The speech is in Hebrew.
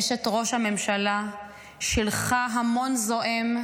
אשת ראש הממשלה שילחה המון זועם,